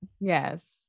Yes